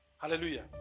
Hallelujah